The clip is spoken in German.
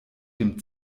dem